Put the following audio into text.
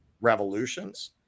revolutions